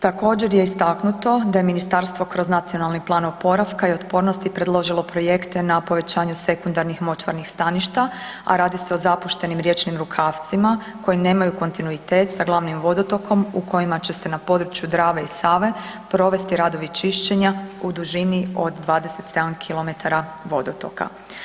Također je istaknuto da je ministarstvo kroz Nacionalni plan oporavka i otpornosti predložilo projekte na povećanju sekundarnih močvarnih staništa, a radi se o zapuštenim riječnim rukavcima koji nemaju kontinuitet sa glavnim vodotokom u kojima će se na području Drave i Save provesti radovi čišćenja u dužini od 27 km vodotoka.